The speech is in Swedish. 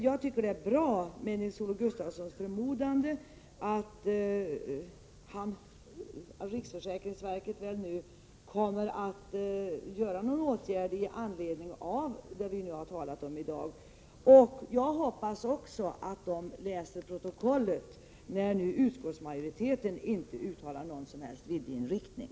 Jag är glad över Nils-Olof Gustafssons förmodande att riksförsäkringsverket nu kommer att vidta någon åtgärd i anledning av det vi har talat om i dag. Jag hoppas också att man där läser protokollet, när nu utskottsmajoriteten inte uttalar någon som helst viljeinriktning.